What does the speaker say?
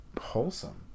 Wholesome